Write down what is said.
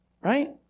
right